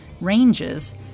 ranges